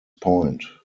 point